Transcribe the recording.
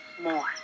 more